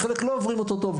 וחלק לא עוברים אותו טוב.